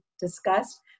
discussed